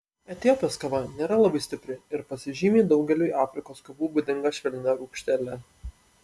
etiopijos kava nėra labai stipri ir pasižymi daugeliui afrikos kavų būdinga švelnia rūgštele